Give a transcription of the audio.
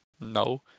no